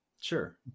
Sure